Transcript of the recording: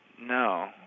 No